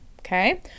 Okay